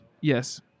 Yes